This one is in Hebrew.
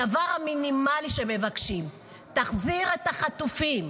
הדבר המינימלי שמבקשים, תחזיר את החטופים.